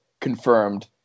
confirmed